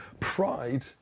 pride